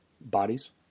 Bodies